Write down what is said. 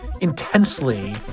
intensely